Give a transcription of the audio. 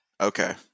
okay